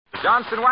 Johnson